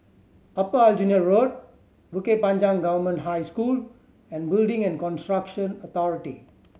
Upper Aljunied Road Bukit Panjang Government High School and Building and Construction Authority